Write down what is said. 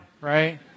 right